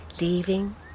Leaving